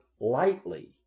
lightly